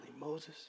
Moses